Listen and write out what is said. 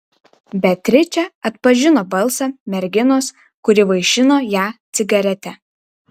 beatričė atpažino balsą merginos kuri vaišino ją cigarete